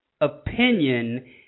opinion